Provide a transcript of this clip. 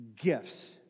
gifts